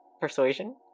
persuasion